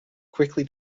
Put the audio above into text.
quickly